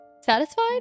satisfied